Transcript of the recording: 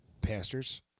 pastors